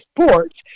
sports